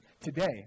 Today